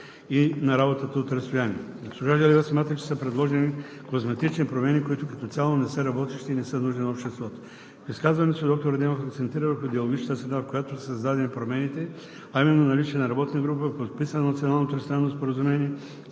и на работата от разстояние. Госпожа Желева смята, че са предложени козметични промени, които като цяло не са работещи и не са нужни на обществото. В изказването си доктор Хасан Адемов акцентира върху диалогичната среда, в която са създадени промените, а именно наличие на работна група, подписано Национално тристранно споразумение